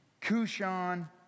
Kushan